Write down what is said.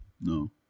No